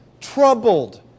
troubled